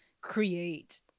create